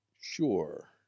sure